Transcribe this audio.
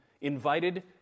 invited